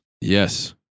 Yes